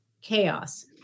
chaos